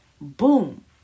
Boom